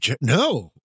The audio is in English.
No